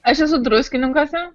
aš esu druskininkuose